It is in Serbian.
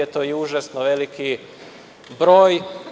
To je užasno veliki broj.